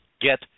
get